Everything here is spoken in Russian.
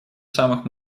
самых